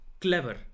clever